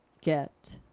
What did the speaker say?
get